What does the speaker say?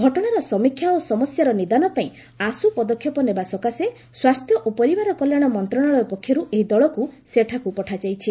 ଘଟଣାର ସମୀକ୍ଷା ଓ ସମସ୍ୟାର ନିଦାନ ପାଇଁ ଆଶୁପଦକ୍ଷେପ ନେବା ସକାଶେ ସ୍ୱାସ୍ଥ୍ୟ ଓ ପରିବାର କଲ୍ୟାଣ ମନ୍ତ୍ରଣାଳୟ ପକ୍ଷରୁ ଏହି ଦଳକୁ ସେଠାକୁ ପଠାଯାଇଛି